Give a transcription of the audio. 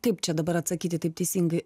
kaip čia dabar atsakyti taip teisingai